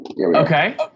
Okay